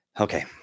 Okay